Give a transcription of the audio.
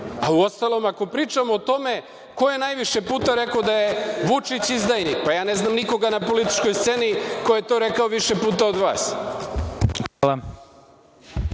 Uostalom, ako pričamo o tome ko je najviše puta rekao da je Vučić izdajnik, ja ne znam nikoga na političkoj sceni ko je to rekao više puta od vas.